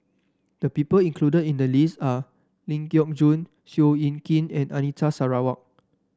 the people included in the list are Ling Geok Choon Seow Yit Kin and Anita Sarawak